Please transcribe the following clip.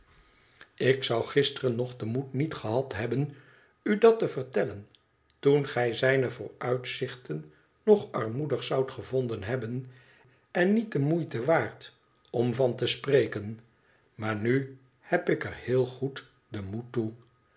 ik zou gisteren nog den moed niet gehad hebben u dat te vertellen toen gij zijne vooruitzichten nog armoedig zoudt gevonden hebben en niet de moeite waard om van te spreken maar nu heb ik er heel goed den moed toe